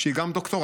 שהיא גם דוקטורנטית,